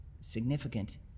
significant